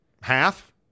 half